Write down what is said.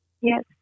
Yes